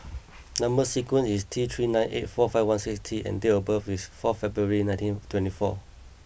number sequence is T three nine eight four five one six T and date of birth is four February nineteen twenty four